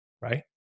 right